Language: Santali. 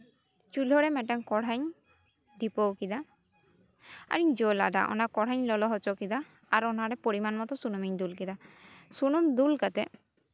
ᱪᱩᱞᱦᱟᱹ ᱨᱮ ᱢᱤᱫᱴᱟᱱ ᱠᱚᱲᱦᱟᱧ ᱰᱷᱤᱯᱟᱹᱣ ᱠᱮᱫᱟ ᱟᱨᱤᱧ ᱡᱩᱞ ᱟᱫᱟ ᱚᱱᱟ ᱠᱚᱲᱦᱟᱧ ᱞᱚᱞᱚ ᱦᱚᱪᱚ ᱠᱮᱫᱟ ᱟᱨ ᱚᱱᱟᱨᱮ ᱯᱚᱨᱤᱢᱟᱱ ᱢᱚᱛᱚ ᱥᱩᱱᱩᱢᱤᱧ ᱫᱩᱞ ᱠᱮᱫᱟ ᱥᱩᱱᱩᱢ ᱫᱩᱞ ᱠᱟᱛᱮᱫ